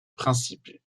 principe